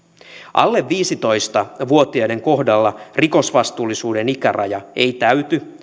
alle viisitoista vuotiaiden kohdalla rikosvastuullisuuden ikäraja ei täyty